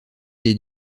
des